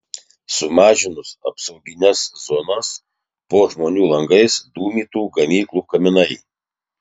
sumažinus apsaugines zonas po žmonių langais dūmytų gamyklų kaminai